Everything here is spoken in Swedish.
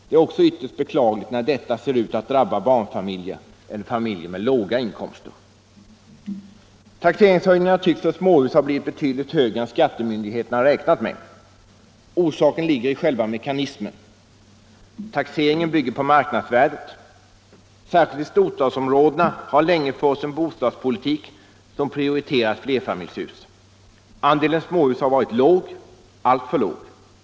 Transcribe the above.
Det är också ytterst beklagligt när detta ser ut att drabba barnfamiljer eller familjer med låga inkomster. Taxeringshöjningarna tycks för småhus ha blivit betydligt högre än skattemyndigheterna räknat med. Orsaken ligger i själva mekanismen. Taxeringen bygger på marknadsvärdet. Särskilt i storstadsområdena har länge förts en bostadspolitik som prioriterat flerfamiljshus. Andelen småhus har varit låg — alltför låg.